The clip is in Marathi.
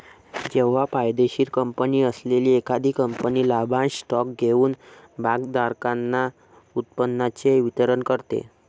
जेव्हा फायदेशीर कंपनी असलेली एखादी कंपनी लाभांश स्टॉक देऊन भागधारकांना उत्पन्नाचे वितरण करते